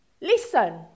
Listen